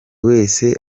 wese